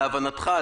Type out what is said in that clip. להבנתך,